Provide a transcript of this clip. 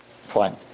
fine